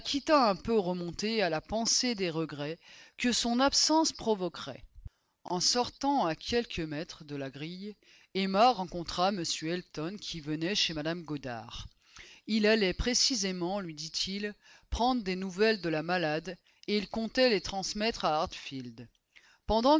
un peu remontée à la pensée des regrets que son absence provoquerait en sortant à quelques mètres de la grille emma rencontra m elton qui venait chez mme goddard il allait précisément lui dit-il prendre des nouvelles de la malade et il comptait les transmettre à hartfield pendant